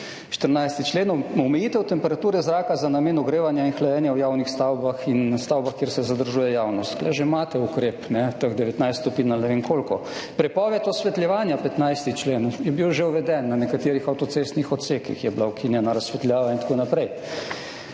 14. člen, omejitev temperature zraka za namen ogrevanja in hlajenja v javnih stavbah in stavbah, kjer se zadržuje javnost. Tu že imate ukrep, teh 19 stopinj ali ne vem koliko. Prepoved osvetljevanja, 15. člen je bil že uveden. Na nekaterih avtocestnih odsekih je bila ukinjena razsvetljava in tako naprej.